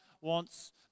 wants